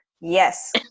Yes